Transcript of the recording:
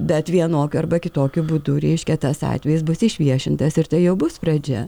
bet vienokiu arba kitokiu būdu reiškia tas atvejis bus išviešintas ir tai jau bus pradžia